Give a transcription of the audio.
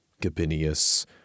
Gabinius